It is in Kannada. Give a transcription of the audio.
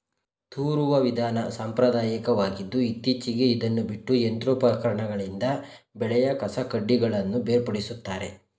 ತೂರುವ ವಿಧಾನ ಸಾಂಪ್ರದಾಯಕವಾಗಿದ್ದು ಇತ್ತೀಚೆಗೆ ಇದನ್ನು ಬಿಟ್ಟು ಯಂತ್ರೋಪಕರಣಗಳಿಂದ ಬೆಳೆಯ ಕಸಕಡ್ಡಿಗಳನ್ನು ಬೇರ್ಪಡಿಸುತ್ತಾರೆ